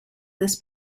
this